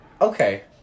okay